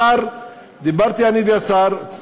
דיברתי עם השר,